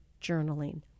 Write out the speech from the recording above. journaling